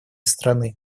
страны